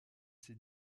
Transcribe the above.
ses